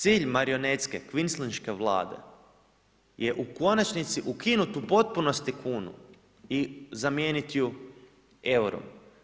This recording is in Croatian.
Cilj marionetske kvislinške vlade je u konačnici ukinut u potpunosti kunu i zamijeniti ju eurom.